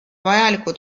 vajaliku